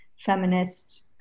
feminist